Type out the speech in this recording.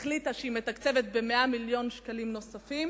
החליטה שהיא מתקצבת ב-100 מיליון שקלים נוספים,